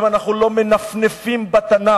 אם אנחנו לא מנפנפים בתנ"ך,